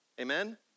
amen